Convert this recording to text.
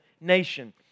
nation